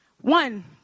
One